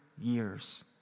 years